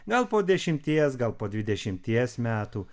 gal po dešimties gal po dvidešimties metų